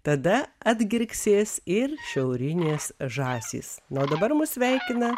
tada atgirksės ir šiaurinės žąsys na o dabar mus sveikina